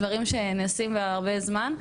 דברים שנעשים הרבה זמן,